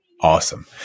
awesome